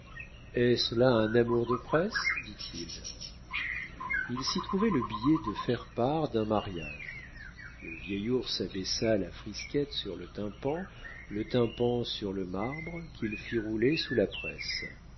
est-ce là un amour de presse dit-il il s'y trouvait le billet de faire part d'un mariage le vieil ours abaissa la frisquette sur le tympan et le tympan sur le marbre qu'il fit rouler sous la presse